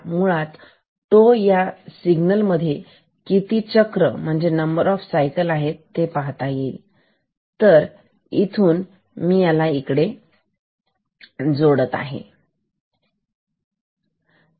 आपल्याला मुळात हा या सिग्नल मध्ये किती चक्र नंबर ऑफ सायकल्स आहेत ते पाहू तर मी याला इथून काढून इकडे जोडतो